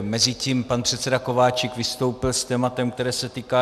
Mezitím pan předseda Kováčik vystoupil s tématem, které se týká D1.